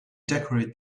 decorate